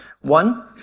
One